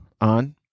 On